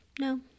No